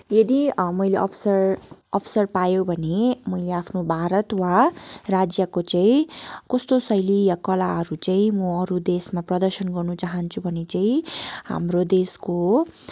यदि मैले अवसर अवसर पायो भने मैले आफ्नो भारत वा राज्यको चाहिँ कस्तो शैली या कलाहरू चाहिँ म अरू देशमा प्रदर्शन गर्नु चाहन्छु भने चाहिँ हाम्रो देशको